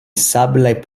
sablaj